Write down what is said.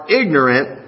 ignorant